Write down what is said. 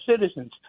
citizens